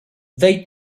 they